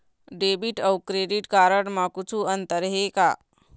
Debit अऊ credit card म कुछू अंतर हे का?